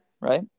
right